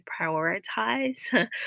prioritize